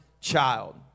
child